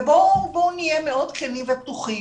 ובואו נהיה מאוד כנים ופתוחים,